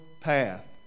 path